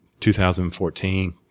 2014